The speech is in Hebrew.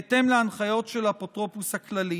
בהתאם להנחיות של האפוטרופוס הכללי.